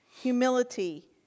humility